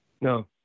No